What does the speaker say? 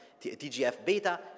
TGF-beta